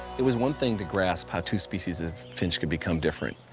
it was one thing to grasp how two species of finch could become different,